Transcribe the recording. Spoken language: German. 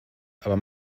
aber